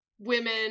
women